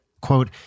quote